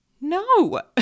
No